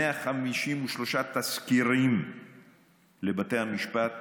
153 תסקירים לבתי המשפט